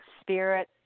spirit